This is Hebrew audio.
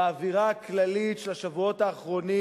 באווירה הכללית של השבועות האחרונים,